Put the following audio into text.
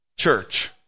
church